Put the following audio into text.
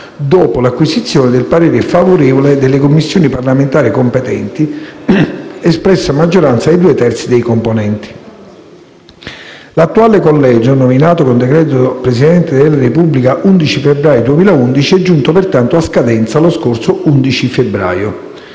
dopo l'acquisizione del parere favorevole delle Commissioni parlamentari competenti, espresso a maggioranza dei due terzi dei componenti. L'attuale collegio, nominato con il decreto del Presidente della Repubblica dell'11 febbraio 2011, è giunto pertanto a scadenza lo scorso 11 febbraio.